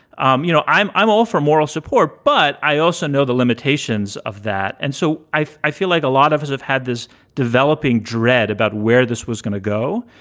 um you know, i'm i'm all for moral support, but i also know the limitations of that. and so i i feel like a lot of us have had this developing dread about where this was going to go.